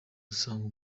gusanga